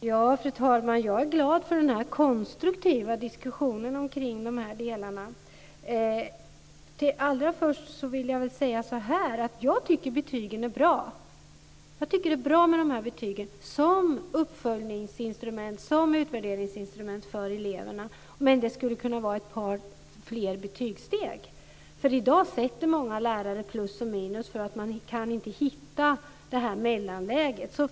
Fru talman! Jag är glad för den här konstruktiva diskussionen kring dessa delar. Allra först vill jag säga att jag tycker att betygen är bra. Det är bra med betyg som uppföljningsinstrument, som utvärderingsinstrument för eleverna. Men det borde finnas fler betygssteg. I dag sätter många lärare plus och minus eftersom de inte kan hitta något mellanläge.